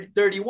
31